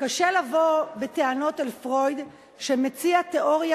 קשה לבוא בטענות על פרויד שמציע תיאוריה